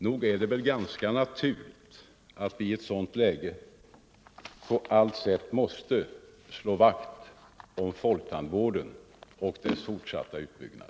Nog är det väl ganska naturligt att vi i ett sådant läge på allt sätt måste slå vakt om folktandvården och dess fortsatta utbyggnad.